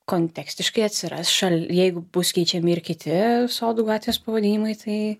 kontekstiškai atsiras šal jeigu bus keičiami ir kiti sodų gatvės pavadinimai tai